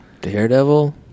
Daredevil